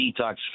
detox